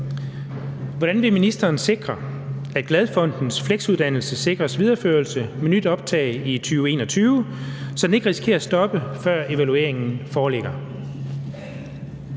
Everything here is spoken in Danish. Hvordan vil ministeren sikre, at Glad Fondens Flexuddannelse sikres videreførelse med nyt optag i 2021, så den ikke risikerer at stoppe, før evalueringen foreligger?